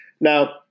Now